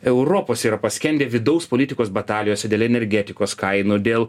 europos yra paskendę vidaus politikos batalijose dėl energetikos kainų dėl